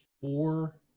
four